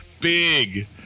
Big